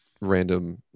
random